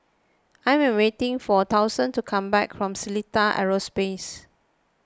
I am waiting for Dustan to come back from Seletar Aerospace